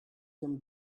them